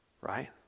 right